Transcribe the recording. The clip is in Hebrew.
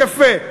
יפה.